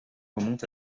remontent